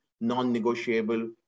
non-negotiable